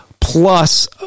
plus